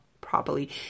properly